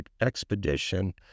expedition